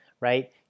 right